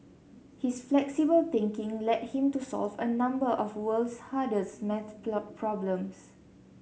his flexible thinking led him to solve a number of world's hardest math problems